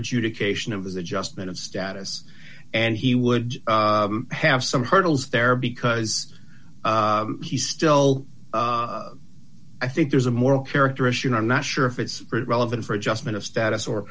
adjudication of his adjustment of status and he would have some hurdles there because he still i think there's a moral character issue and i'm not sure if it's relevant for adjustment of status or